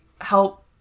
help